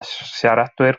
siaradwyr